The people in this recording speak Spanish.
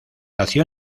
nació